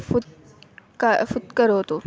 फूत् का फूत्करोतु